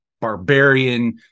barbarian